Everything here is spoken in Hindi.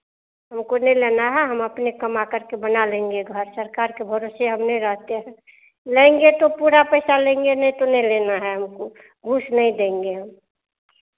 हमको नहीं लेना है हम अपने कमा कर के बना लेंगे घर सरकार के भरोसे हम नहीं रहते हैं लेंगे तो पूरा पैसा लेंगे नहीं तो नहीं लेना है हमको घूस नहीं देंगे हम